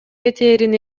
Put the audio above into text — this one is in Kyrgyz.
кетээрин